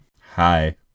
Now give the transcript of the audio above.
Hi